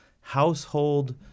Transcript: household